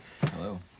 hello